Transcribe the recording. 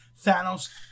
Thanos